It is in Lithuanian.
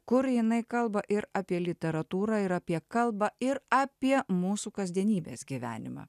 kur jinai kalba ir apie literatūrą ir apie kalbą ir apie mūsų kasdienybės gyvenimą